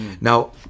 Now